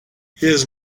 his